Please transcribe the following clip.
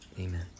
Amen